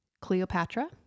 Cleopatra